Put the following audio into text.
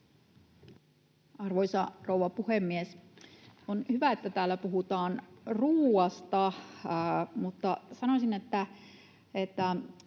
Arvoisa rouva puhemies! On hyvä, että täällä puhutaan ruuasta, mutta sanoisin, että